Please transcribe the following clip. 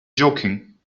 joking